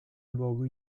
luogo